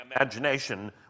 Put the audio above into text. imagination